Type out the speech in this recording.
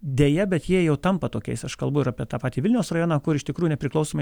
deja bet jie jau tampa tokiais aš kalbu ir apie tą patį vilniaus rajoną kur iš tikrų nepriklausomai